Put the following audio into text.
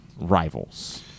rivals